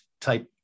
type